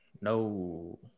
No